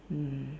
mm